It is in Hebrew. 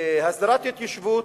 מהסדרת התיישבות,